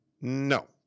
no